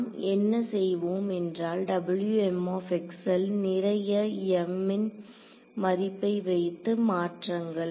நாம் என்ன செய்வோம் என்றால் ல் நிறைய m ன் மதிப்பை வைத்து மாற்றங்கள்